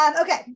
Okay